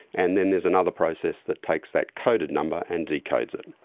and then there's another process that takes that coded number and decodes it.